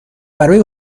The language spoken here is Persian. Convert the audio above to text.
برای